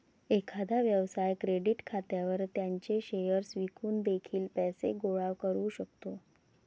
एखादा व्यवसाय क्रेडिट खात्यावर त्याचे शेअर्स विकून देखील पैसे गोळा करू शकतो